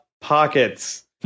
pockets